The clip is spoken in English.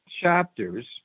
chapters